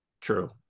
true